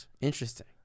Interesting